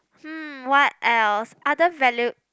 hmm what else other value